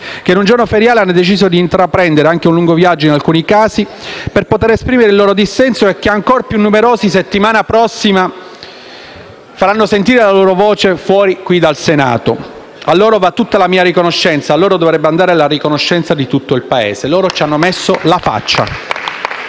che in un giorno feriale hanno deciso di intraprendere anche un lungo viaggio, in alcuni casi, per poter esprimere il loro dissenso e che, ancor più numerosi, la settimana prossima faranno sentire la loro voce fuori dal Senato. A loro va tutta la mia riconoscenza e a loro dovrebbe andare la riconoscenza di tutto il Paese: loro ci hanno messo la faccia.